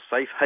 safe